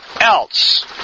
else